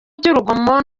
by’urugomo